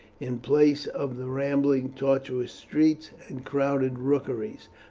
in place of the rambling tortuous streets and crowded rookeries,